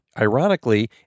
Ironically